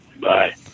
Bye